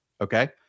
Okay